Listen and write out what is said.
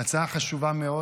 הצעה חשובה מאוד,